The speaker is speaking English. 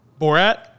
Borat